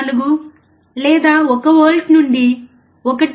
04 లేదా 1 వోల్ట్ నుండి 1